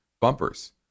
bumpers